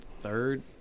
third